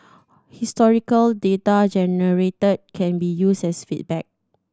historical data generated can be used as feedback